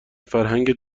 فرهنگت